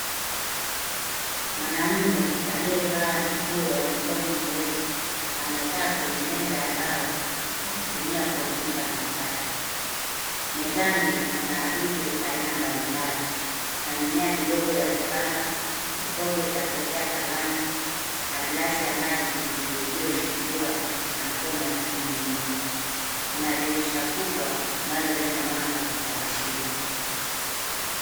Mwanamme aliyevaa nguo ya mikono mirefu amekaa kwenye meza ya mbao, akitumia kompyuta mpakato. Mezani, kuna vitu aina mbalimbali, kuna mimea midogo ya kupamba, kikombe cha kuwekea kalamu na glasi ya maji ilioshikiliwa na mkono ya mtu mwingine. Kuna dirisha kubwa linaloleta mwanga wa asili.